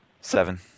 Seven